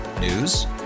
News